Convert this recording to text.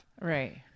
Right